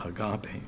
agape